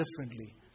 differently